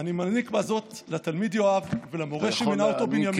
אני מעניק בזאת לתלמיד יואב ולמורה שמינה אותו בנימין את תעודת המחצית,